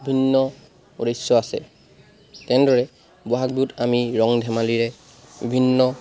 বিভিন্ন উদ্দেশ্য আছে তেনেদৰে বহাগ বিহুত আমি ৰং ধেমালিৰে বিভিন্ন